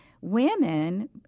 women